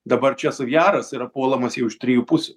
dabar čia suvjaras yra puolamas jau iš trijų pusių